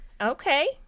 Okay